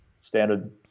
standard